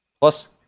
Plus